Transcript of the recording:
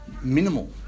minimal